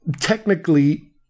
technically